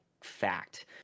fact